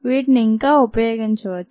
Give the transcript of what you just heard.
వీటిని ఇంకా ఉపయోగించవచ్చు